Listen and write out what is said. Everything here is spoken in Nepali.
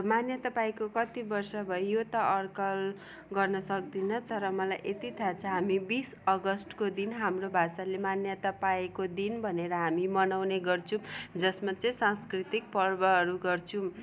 मान्यता पाएको कति वर्ष भयो यो त अडकल गर्न सक्दिनँ तर मलाई यति थाहा छ हामी बिस अगस्तको दिन हाम्रो भाषाले मान्यता पाएको दिन भनेर हामी मनाउने गर्छौँ जस्मा चाहिँ सांस्कृतिक पर्वहरू गर्छौँ